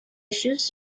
issues